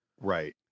Right